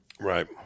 Right